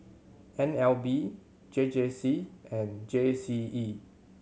N L B J J C and J C E